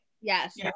yes